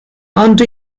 unto